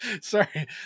Sorry